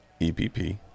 epp